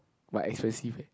but expensive eh